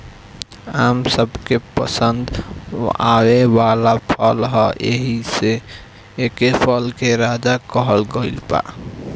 आम सबके पसंद आवे वाला फल ह एही से एके फल के राजा कहल गइल बा